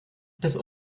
das